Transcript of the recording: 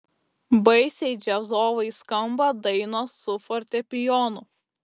baisiai džiazovai skamba dainos su fortepijonu